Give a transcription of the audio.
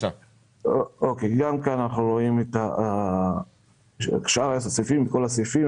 כאן אנחנו רואים את כל הסעיפים.